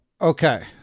okay